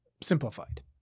simplified